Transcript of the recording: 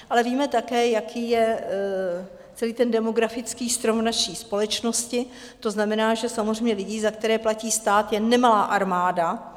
Ale víme také, jaký je celý ten demografický strom naší společnosti, to znamená, že samozřejmě lidí, za které platí stát, je nemalá armáda.